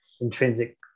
intrinsic